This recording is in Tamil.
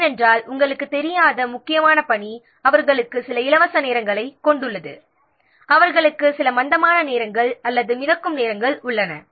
ஏனென்றால் நமக்குத் தெரியாத முக்கியமற்ற பணியில் உள்ளவர்களுக்கு சில இலவச நேரம் அல்லது ஸ்லாக் நேரம் அல்லது ஃப்லோட் நேரம் இருக்கும்